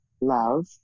love